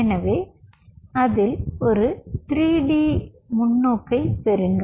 எனவே அதில் ஒரு 3D முன்னோக்கைப் பெறுங்கள்